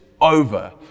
over